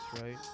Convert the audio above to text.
right